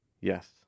Yes